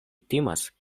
timas